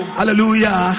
Hallelujah